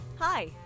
Hi